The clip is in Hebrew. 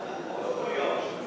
זה לא כל יום.